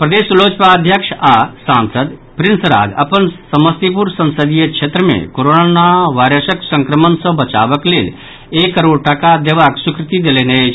प्रदेश लोजपा अध्यक्ष आ सांसद प्रिंस राज अपन समस्तीपुर संसदीय क्षेत्र मे कोरोना वायरसक संक्रमण सॅ बचावक लेल एक करोड़ टाका देबाक स्वीकृति देलनि अछि